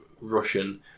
Russian